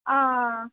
आं